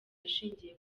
hashingiwe